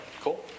Cool